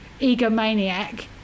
egomaniac